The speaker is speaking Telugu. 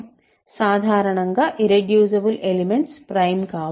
సాధారణంగా ఇర్రెడ్యూసిబుల్ ఎలిమెంట్స్ ప్రైమ్ కావు